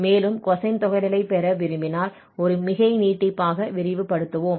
மேலும் கொசைன் தொகையிடலைப் பெற விரும்பினால் ஒரு மிகை நீட்டிப்பாக விரிவுபடுத்துவோம்